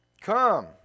Come